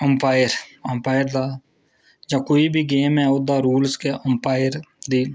empire umpire दा जां कोई बी गेम ऐ ओह्दा रूल्स गै अम्पायर दे